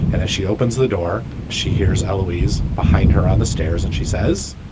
and as she opens the door, she hears alleyways behind her on the stairs and she says,